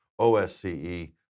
OSCE